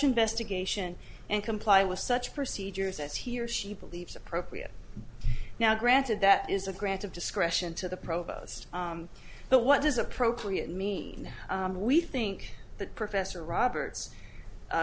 investigation and comply with such procedures as he or she believes appropriate now granted that is a grant of discretion to the provost but what does appropriate mean we think that professor robert